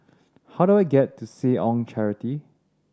how do I get to Seh Ong Charity